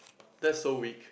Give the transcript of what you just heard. that's so weak